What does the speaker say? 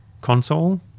console